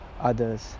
others